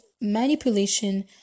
manipulation